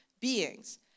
beings